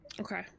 Okay